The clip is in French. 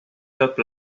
top